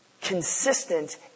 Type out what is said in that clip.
consistent